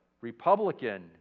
Republican